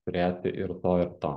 turėti ir to ir to